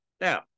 Now